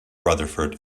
rutherford